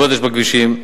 גודש בכבישים.